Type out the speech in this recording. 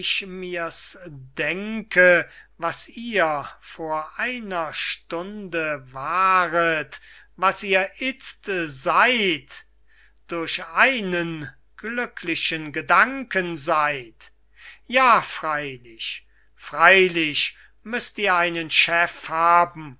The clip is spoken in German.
mir's denke was ihr vor einer stunde waret was ihr izt seyd durch einen glücklichen gedanken seyd ja freylich freylich müßt ihr einen chef haben